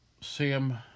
Sam